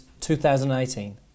2018